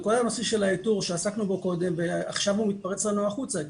זה כל הנושא של האיתור שעסקנו בו קודם ועכשיו הוא מתפרץ לנו החוצה,